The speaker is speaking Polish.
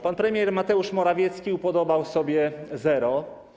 Pan premier Mateusz Morawiecki upodobał sobie zera.